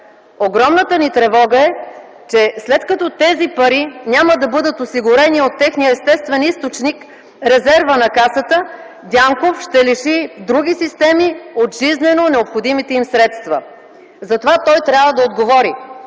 Огромната ни тревога е, че след като тези пари няма да бъдат осигурени от техния естествен източник – резервът на Касата, Дянков ще лиши други системи от жизнено необходимите им средства. Затова той трябва да отговори